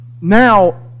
Now